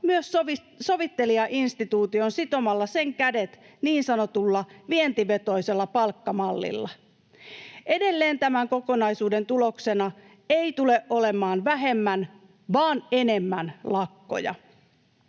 myös sovittelijainstituution sitomalla sen kädet niin sanotulla vientivetoisella palkkamallilla. Edelleen tämän kokonaisuuden tuloksena ei tule olemaan vähemmän vaan enemmän lakkoja.